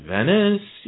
Venice